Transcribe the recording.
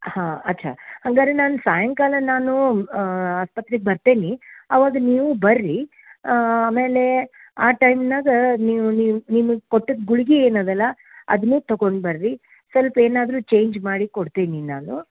ಹಾಂ ಅಚ್ಛಾ ಹಂಗಾರೆ ನಾನು ಸಾಯಂಕಾಲ ನಾನು ಆಸ್ಪತ್ರೆಗೆ ಬರ್ತೇನೆ ಅವಾಗ ನೀವು ಬನ್ರಿ ಆಮೇಲೆ ಆ ಟೈಮ್ನಾಗ ನೀವು ನೀವು ನಿಮಗ್ ಕೊಟ್ಟಿದ್ದ ಗುಳ್ಗೆ ಏನದಲ್ಲ ಅದನ್ನು ತಗೊಂಡು ಬನ್ರಿ ಸ್ವಲ್ಪ ಏನಾದರೂ ಚೇಂಜ್ ಮಾಡಿ ಕೊಡ್ತೀನಿ ನಾನು